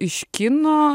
iš kino